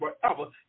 forever